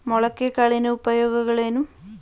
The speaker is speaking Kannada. ಮೊಳಕೆ ಕಾಳಿನ ಉಪಯೋಗಗಳೇನು?